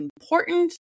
important